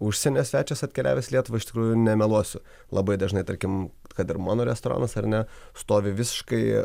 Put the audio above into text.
užsienio svečias apkeliavęs lietuvą iš tikrųjų nemeluosiu labai dažnai tarkim kad ir mano restoranas ar ne stovi visiškai